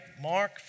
Mark